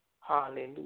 hallelujah